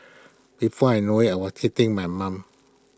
before I know IT I was hitting my mum